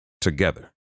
together